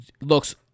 looks